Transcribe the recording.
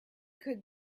could